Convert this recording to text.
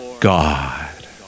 God